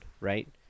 right